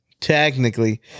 Technically